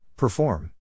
Perform